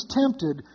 tempted